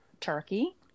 Turkey